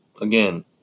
Again